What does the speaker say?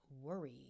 worry